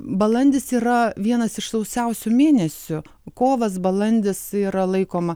balandis yra vienas iš sausiausių mėnesių kovas balandis yra laikoma